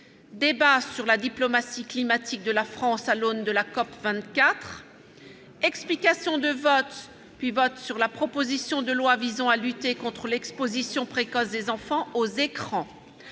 Débat sur la diplomatie climatique de la France à l'aune de la COP24. Explications de vote puis vote des groupes sur la proposition de loi visant à lutter contre l'exposition précoce des enfants aux écrans,